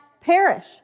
perish